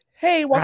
Hey